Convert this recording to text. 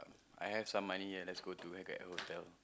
I have some money here let's go to and get a hotel